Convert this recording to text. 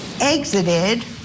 exited